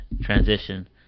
transition